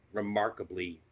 remarkably